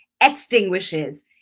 extinguishes